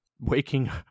waking